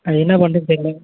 அது என்ன பண்ணுறதுன்னு தெரில